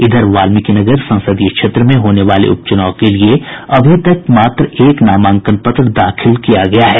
इधर वाल्मीकिनगर संसदीय क्षेत्र में होने वाले उप चुनाव के लिए अभी तक मात्र एक नामांकन पत्र दाखिल किया गया है